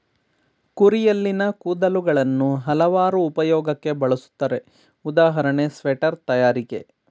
ಕುರಿಯಲ್ಲಿನ ಕೂದಲುಗಳನ್ನು ಹಲವಾರು ಉಪಯೋಗಕ್ಕೆ ಬಳುಸ್ತರೆ ಉದಾಹರಣೆ ಸ್ವೆಟರ್ ತಯಾರಿಕೆ